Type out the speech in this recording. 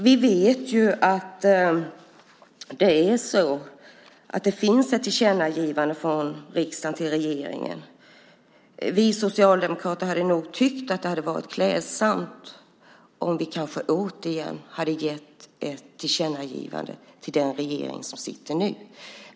Vi vet att det finns ett tillkännagivande från riksdagen till regeringen. Vi socialdemokrater hade nog tyckt att det hade varit klädsamt om vi återigen hade gjort ett tillkännagivande, nu till den regering som sitter.